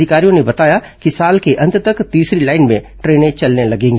अधिकारियों ने बताया कि साल के अंत तक तीसरी लाइन में ट्रेनें चलनी लगेंगी